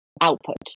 output